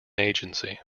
agency